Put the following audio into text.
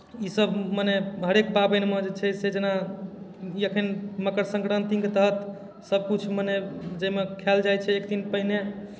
ईसभ मने हरेक पाबनिमे जे छै से जेना ई एखन मकर संक्रान्तिके तहत सभकिछु मने जाहिमे खायल जाइ छै एक दिन पहिने